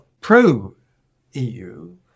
pro-EU